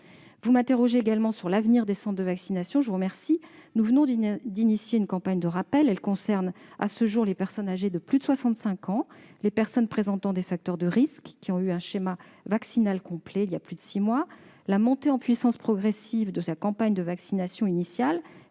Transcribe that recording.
Vous m'interrogez également sur l'avenir des centres de vaccination et je vous en remercie. Nous venons d'engager une campagne de rappel, elle concerne à ce jour les personnes âgées de plus de 65 ans et celles qui présentent des facteurs de risque, lorsque leur schéma vaccinal complet date de plus de six mois. La montée en puissance progressive de la campagne de vaccination initiale